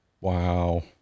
Wow